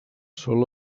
sol